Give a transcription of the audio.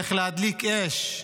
איך להדליק אש,